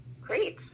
Great